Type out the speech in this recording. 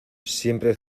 siempre